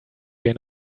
wir